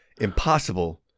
Impossible